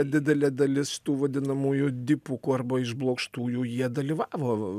didelė dalis šitų vadinamųjų dipukų arba išblokštųjų jie dalyvavo